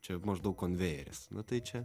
čia maždaug konvejeris tai čia